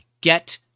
get